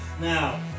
Now